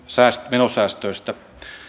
menosäästöistä